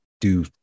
do-